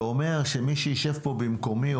זה אומר שמי שישב פה במקומי,